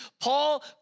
Paul